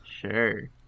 Sure